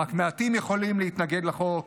רק מעטים יכולים להתנגד לחוק,